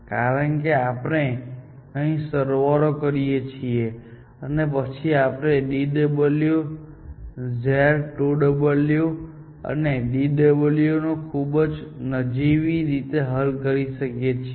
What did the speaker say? કારણ કે આપણે અહીં સરવાળો કરીએ છીએ અને પછી આપણે dw z2dw અને dw ખૂબ જ નજીવી રીતે હલ કરી શકીએ છીએ